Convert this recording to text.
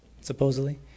supposedly